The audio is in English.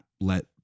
let